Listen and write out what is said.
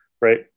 Right